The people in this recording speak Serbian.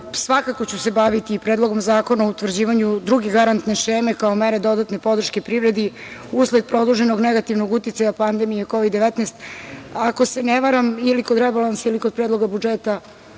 svakako ću se baviti i Predlogom zakona o utvrđivanju Druge garantne šeme kao mere dodatne podrške privredi usled produženog negativnog uticaja pandemije Kovid - 19. Ako se ne varam, ili kod rebalansa ili kod predloga budžeta,